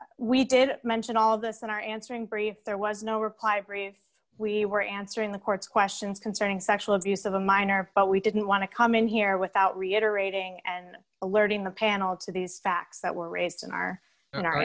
as we did mention all this on our answering brief there was no reply brief we were answering the court's questions concerning sexual abuse of a minor but we didn't want to come in here without reiterating and alerting the panel to these facts that were raised in our in our